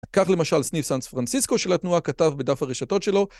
כך למשל סניף סן פרנסיסקו של התנועה כתב בדף הרשתות שלו